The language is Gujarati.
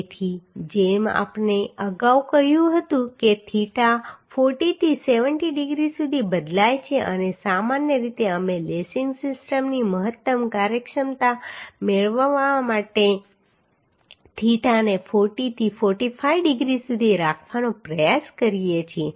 તેથી જેમ આપણે અગાઉ કહ્યું હતું કે થીટા 40 થી 70 ડિગ્રી સુધી બદલાય છે અને સામાન્ય રીતે અમે લેસિંગ સિસ્ટમની મહત્તમ કાર્યક્ષમતા મેળવવા માટે થીટાને 40 થી 45 ડિગ્રી સુધી રાખવાનો પ્રયાસ કરીએ છીએ